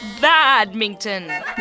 Badminton